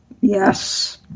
Yes